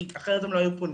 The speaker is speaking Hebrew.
כי אחרת הם לא היו פונים,